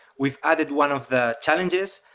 we've added one of the challenges,